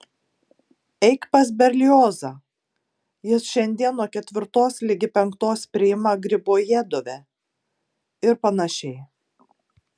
eik pas berliozą jis šiandien nuo ketvirtos ligi penktos priima gribojedove ir panašiai